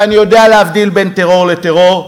ואני יודע להבדיל בין טרור לטרור,